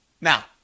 Now